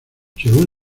según